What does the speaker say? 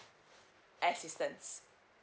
assistance